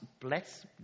bless